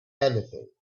anything